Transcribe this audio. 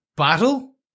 Battle